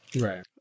Right